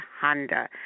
Honda